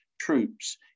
troops